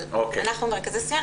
אבל מרכזי סיוע,